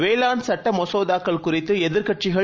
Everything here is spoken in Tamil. வேளாண்சட்டமசோதாக்கள்குறித்துஎதிர்க்கட்சிகள்